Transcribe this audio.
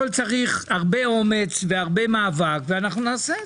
צריך הרבה אומץ והרבה מאבק ואנחנו נעשה את זה.